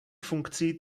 funkcí